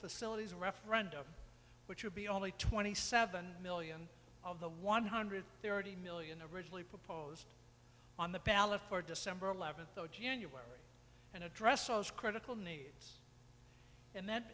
facilities referendum which would be only twenty seven million of the one hundred thirty million originally proposed on the ballot for december eleventh zero january and address those critical needs and th